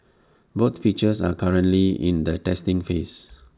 both features are currently in the testing phase